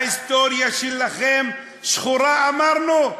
ההיסטוריה שלכם שחורה, אמרנו?